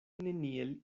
neniel